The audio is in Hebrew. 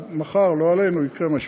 או מחר, לא עלינו, יקרה משהו.